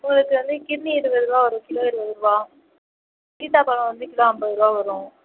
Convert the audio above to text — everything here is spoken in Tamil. உங்களுக்கு வந்து கிர்ணி இருபது ருபா வரும் கிலோ இருபது ருபா சீத்தாப்பழம் வந்து கிலோ ஐம்பது ருபா வரும்